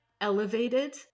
elevated